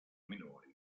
minori